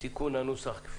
לתיקון הנוסח.